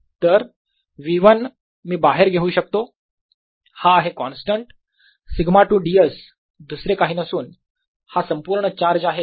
तर V1 मी बाहेर घेऊ शकतो हा आहे कॉन्स्टंट σ2 ds दुसरे काही नसून हा संपूर्ण चार्ज आहे